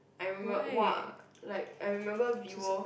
I remember !wah! like I remember Vivo